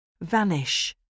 Vanish